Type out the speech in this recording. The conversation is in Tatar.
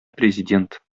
президент